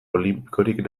olinpikorik